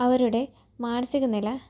അവരുടെ മാനസിക നില